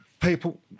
People